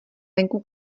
venku